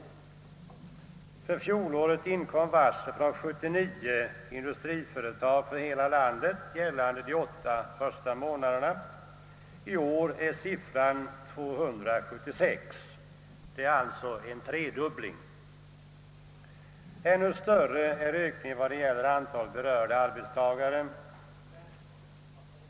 Under fjolåret inkom varsel från 79 industriföretag i hela landet under de åtta första månaderna, i år är siffran 276. Där är det alltså en tredubbling. Ännu större är ökningen i antalet berörda arbetstagare.